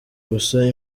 ubusa